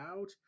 out